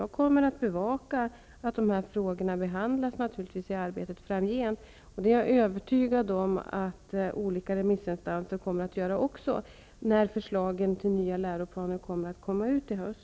Jag kommer att bevaka att dessa frågor behandlas framgent i arbetet. Det är jag övertygad om att även de olika remissinstanserna kommer att göra när förslaget till den nya läroplanen kommer ut i höst.